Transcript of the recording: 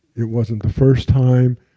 it wasn't the first time,